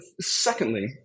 secondly